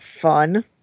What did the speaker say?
fun